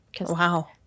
Wow